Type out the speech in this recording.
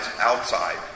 outside